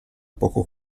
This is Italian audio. poco